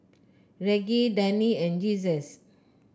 Reggie Dani and Jesus